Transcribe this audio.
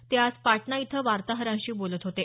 ते आज पाटणा इथं वार्ताहरांशी बोलत होते